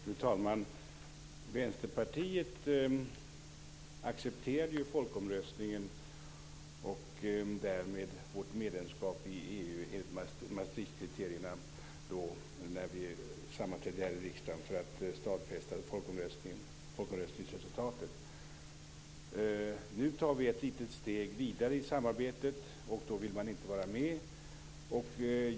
Fru talman! Vänsterpartiet accepterade ju folkomröstningen och därmed vårt medlemskap i EU enligt Maastrichtkriterierna, då vi sammanträdde här i riksdagen för att stadfästa folkomröstningsresultatet. Nu tar vi ett litet steg vidare i samarbetet, och då vill Vänsterpartiet inte vara med.